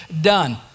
done